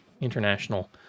international